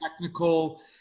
technical